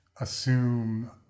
assume